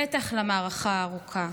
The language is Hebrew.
בטח למערכה הארוכה.